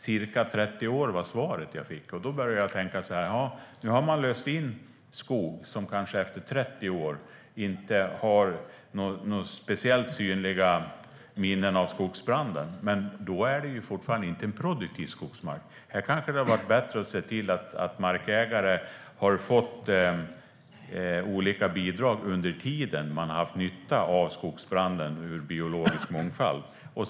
Ca 30 år, var svaret jag fick. Då började jag tänka så här: Nu har man löst in skog som kanske efter 30 år inte har några speciellt synliga minnen av skogsbranden. Men det är fortfarande inte en produktiv skogsmark. Det kanske hade varit bättre att se till att markägare hade fått olika bidrag under den tid då de har haft nytta av skogsbranden när det gäller biologisk mångfald.